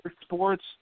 sports